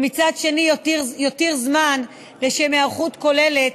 ומצד שני יותיר זמן לשם היערכות כוללת